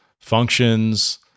functions